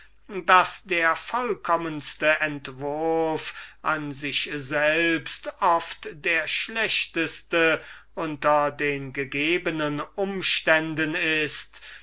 daß der vollkommenste entwurf an sich selbst oft der schlechteste unter den gegebenen umständen ist